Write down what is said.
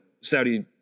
Saudi